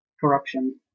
Corruption